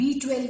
B12